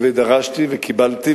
דרשתי וקיבלתי,